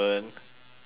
eight